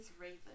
Raven